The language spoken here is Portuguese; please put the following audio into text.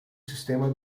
sistema